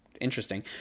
Interesting